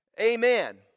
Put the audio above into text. Amen